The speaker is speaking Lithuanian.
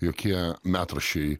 jokie metraščiai